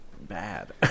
bad